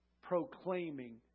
Proclaiming